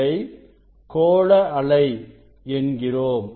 இதை கோள அலை என்கிறோம்